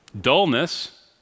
dullness